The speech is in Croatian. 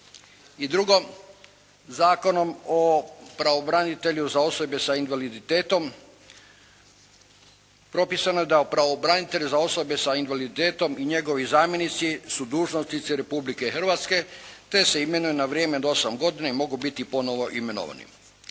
I drugo, Zakonom o pravobranitelju za osobe sa invaliditetom propisano je da pravobranitelj za osobe sa invaliditetom i njegovi zamjenici su dužnosnici Republike Hrvatske, te se imenuju na vrijeme od 8 godina i mogu biti ponovo imenovani.